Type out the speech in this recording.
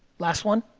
last one?